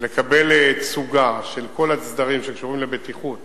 ולקבל תצוגה של כל הסדרים שקשורים לבטיחות